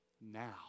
Now